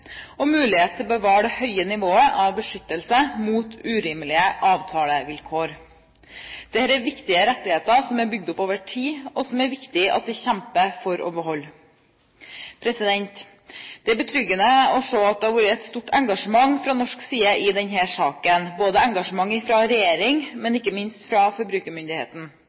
og om mulighet til å bevare det høye nivået av beskyttelse mot urimelige avtalevilkår. Dette er viktige rettigheter som er bygd opp over tid, og som det er viktig at vi kjemper for å beholde. Det er betryggende å se at det har vært et stort engasjement fra norsk side i denne saken, både fra regjeringen og ikke minst også fra